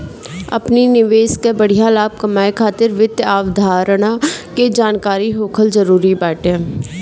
अपनी निवेश कअ बढ़िया लाभ कमाए खातिर वित्तीय अवधारणा के जानकरी होखल जरुरी बाटे